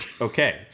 Okay